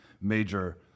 major